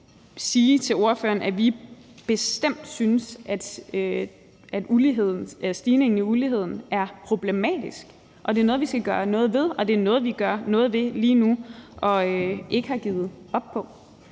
sige til ordføreren, at vi bestemt synes, at stigningen i uligheden er problematisk, at det er noget, vi skal gøre noget ved, og at det er noget, vi gør noget ved lige nu og ikke har givet op på.